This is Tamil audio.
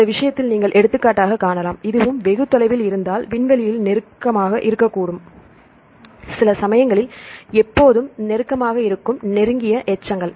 இந்த விஷயத்தில் நீங்கள் எடுத்துக்காட்டாகக் காணலாம் இதுவும்வெகு தொலைவில் இருந்தால் விண்வெளியில் நெருக்கமாக இருக்கக்கூடும் சில சமயங்களில் எப்போதும் நெருக்கமாக இருக்கும் நெருங்கிய எச்சங்கள்